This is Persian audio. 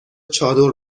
چادر